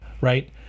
right